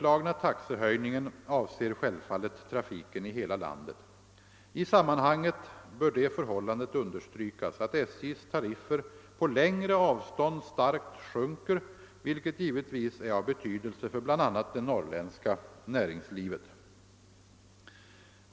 avser självfallet trafiken i hela landet. I sammanhanget bör det förhållandet understrykas, att SJ:s tariffer på längre avstånd starkt sjunker, vilket givetvis är av betydelse för bl.a. det norrländska näringslivet.